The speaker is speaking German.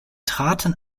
traten